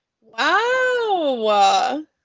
wow